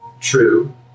true